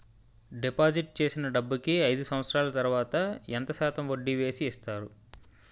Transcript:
Deposit చేసిన డబ్బుకి అయిదు సంవత్సరాల తర్వాత ఎంత శాతం వడ్డీ వేసి ఇస్తారు?